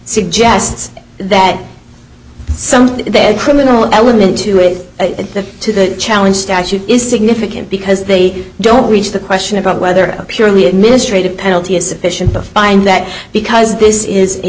suggests that some criminal element to it to the challenge is significant because they don't reach the question about whether a purely administrative penalty is sufficient to find that because this is a